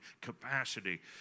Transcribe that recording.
capacity